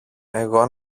εγώ